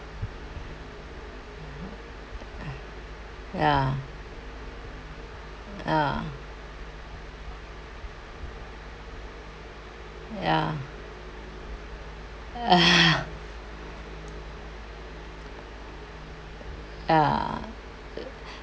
ya ya ya ya uh